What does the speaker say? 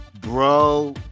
Bro